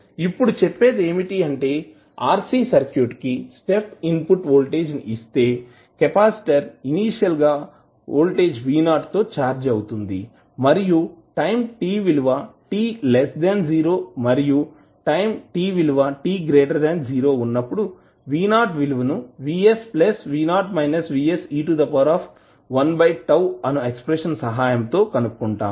ఇప్పుడు చెప్పేది ఏమిటి అంటే RC సర్క్యూట్ కి స్టెప్ ఇన్ పుట్ వోల్టేజ్ ని ఇస్తే కెపాసిటర్ ఇనీషియల్ గా వోల్టేజ్ V 0 తో ఛార్జ్ అవుతుంది మరియు టైం t విలువ t 0 మరియు టైం t విలువ t 0 ఉన్నప్పుడు V 0 విలువను అను ఎక్స్ప్రెషన్ సహాయం తో కనుక్కుంటాము